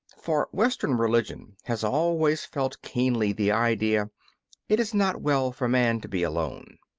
for western religion has always felt keenly the idea it is not well for man to be alone.